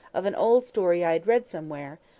of an old story i had read somewhere,